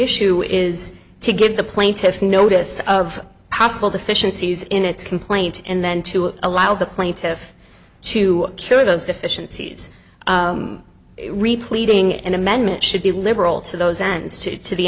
issue is to give the plaintiffs notice of possible deficiencies in its complaint and then to allow the plaintiff to cure those deficiencies re pleading an amendment should be liberal to those ends to t